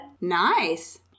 Nice